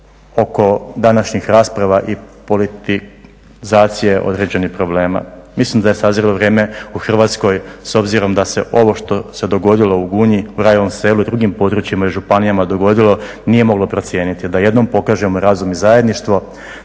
oko današnjih rasprava i politizacije određenih problema, mislim da je … vrijeme u Hrvatskoj s obzirom da se ovo što se dogodilo u Gunji, Rajevom selu i drugim područjima i županijama dogodilo, nije moglo procijeniti. Da jednom pokažemo razum i zajedništvo,